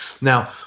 Now